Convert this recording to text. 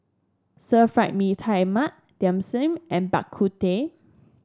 Stir Fry Mee Tai Mak Dim Sum and Bak Kut Teh